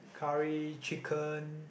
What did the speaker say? curry chicken